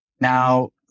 Now